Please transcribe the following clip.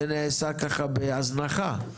זה נעשה ככה בהזנחה.